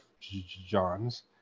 Johns